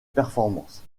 performances